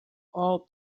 all